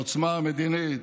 העוצמה המדינית,